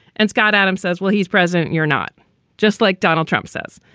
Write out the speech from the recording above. and scott, adam says, well, he's president. you're not just like donald trump says.